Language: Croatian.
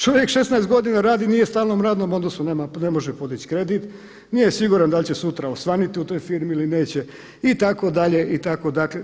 Čovjek 16 godina radi nije u stalnom radnom odnosu, ne može podići kredit, nije siguran da li će sutra osvanuti u toj firmi ili neće itd., itd.